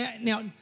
Now